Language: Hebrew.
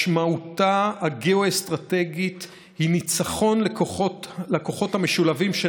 משמעותה הגיאו-אסטרטגית היא ניצחון לכוחות המשולבים של